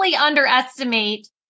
underestimate